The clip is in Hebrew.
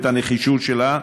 ואת הנחישות שלה,